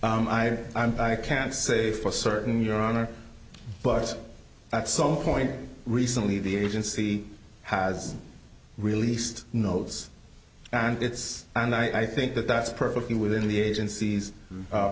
him i can't say for certain your honor but at some point recently the agency has released notes and it's and i think that that's perfectly within the agenc